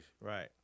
Right